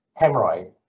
hemorrhoid